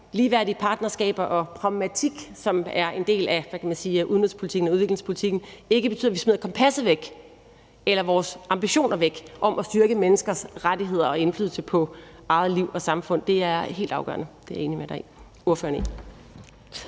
sige, udenrigspolitikken og udviklingspolitikken, ikke betyder, at vi smider kompasset eller vores ambitioner om at styrke menneskers rettigheder og indflydelse på eget liv og samfund væk, er helt afgørende. Det er jeg enig med